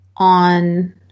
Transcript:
On